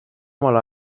omal